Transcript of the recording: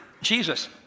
Jesus